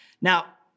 Now